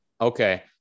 Okay